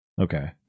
Okay